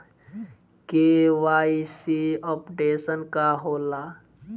KYC updation का होला?